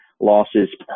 losses